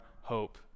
hope